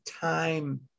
time